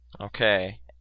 Okay